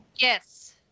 Yes